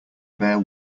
bare